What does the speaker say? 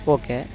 okay